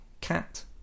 cat